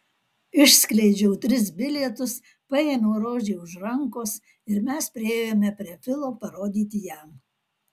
išskleidžiau tris bilietus paėmiau rožei už rankos ir mes priėjome prie filo parodyti jam